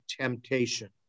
temptation